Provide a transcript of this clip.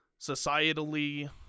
societally